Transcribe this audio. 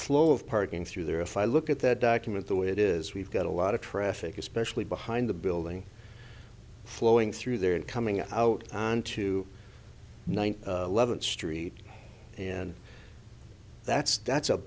flow of parking through there if i look at that document the way it is we've got a lot of traffic especially behind the building flowing through there and coming out onto ninth street and that's that's a